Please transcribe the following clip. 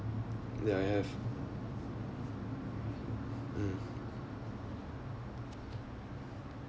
ya I have mm